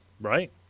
Right